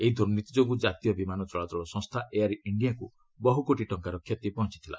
ଏହି ଦୂର୍ନୀତି ଯୋଗୁଁ କାତୀୟ ବିମାନ ଚଳାଚଳ ସଂସ୍ଥା ଏୟାର୍ ଇଣ୍ଡିଆକୁ ବହୁ କୋଟି ଟଙ୍କାର କ୍ଷତି ପହଞ୍ଚଥିଲା